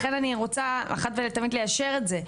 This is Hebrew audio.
לכן אני רוצה אחת ולתמיד ליישר את זה.